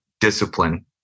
discipline